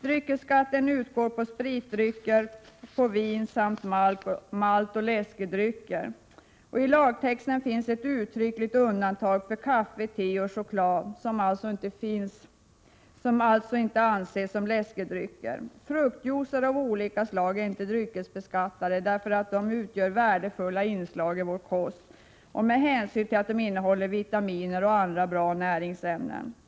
Den utgår på spritdrycker, vin samt maltoch läskedrycker. I lagtexten finns ett uttryckligt undantag för kaffe, te och choklad, som alltså inte anses vara läskedrycker. Fruktjuicer av olika slag är inte dryckesbeskattade, därför att de utgör värdefulla inslag i vår kost samt innehåller vitaminer och andra bra näringsämnen.